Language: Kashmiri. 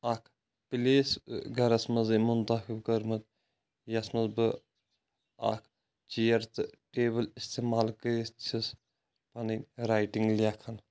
اَکھ پٕلیس گَرَس منٛزٕے مُنتخٕب کٔرمٕژ یَتھ منٛز بہٕ اَکھ چیر تہٕ ٹیبٕل اِستعمال کٔرِتھ چھُس پَنٕنۍ رایٹِنٛگ لیکھان